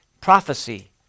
prophecy